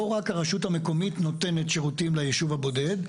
לא רק הרשות המקומית נותנת שירותים ליישוב הבודד,